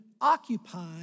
occupy